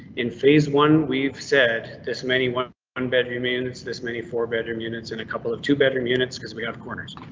in phase one. we've said this many one um bedroom units. this many four bedroom units in a couple of two bedroom units cause we have corners.